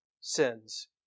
sins